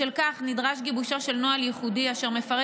בשל כך נדרש גיבושו של נוהל ייחודי אשר מפרט